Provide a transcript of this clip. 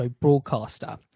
broadcaster